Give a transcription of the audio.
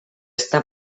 està